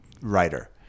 writer